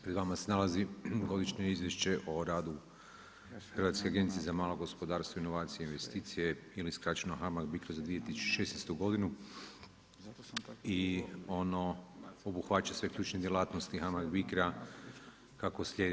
Pred vama se nalazi Godišnje izvješće o radu Hrvatske agencije za malo gospodarstvo, inovacije i investicije, ili skraćeno HAMAG-BICRO za 2016. godinu i ono obuhvaća sve ključne djelatnosti HAMAG-BICRO-a kako slijedi.